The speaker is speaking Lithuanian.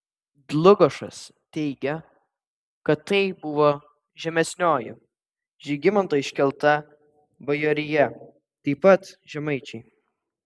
dlugošas teigia kad tai buvo žemesnioji žygimanto iškelta bajorija taip pat žemaičiai